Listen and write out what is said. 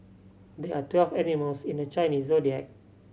there are twelve animals in the Chinese Zodiac